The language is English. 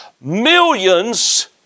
millions